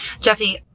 Jeffy